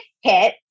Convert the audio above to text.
hit